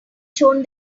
shown